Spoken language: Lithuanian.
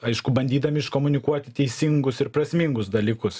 aišku bandydami iškomunikuoti teisingus ir prasmingus dalykus